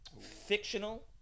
fictional